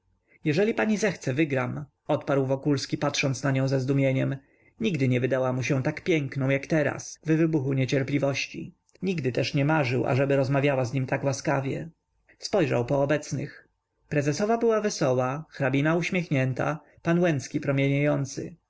jeżeli pani zechce wygram odparł wokulski patrząc na nią ze zdumieniem nigdy nie wydała mu się tak piękną jak teraz w wybuchu niecierpliwości nigdy też nie marzył ażeby rozmawiała z nim tak łaskawie spojrzał po obecnych prezesowa była wesoła hrabina uśmiechnięta pan łęcki promieniejący